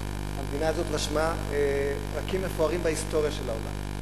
המדינה הזאת רשמה פרקים מפוארים בהיסטוריה של העולם.